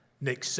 Nick